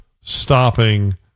stopping